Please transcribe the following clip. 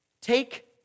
take